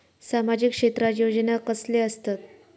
सामाजिक क्षेत्रात योजना कसले असतत?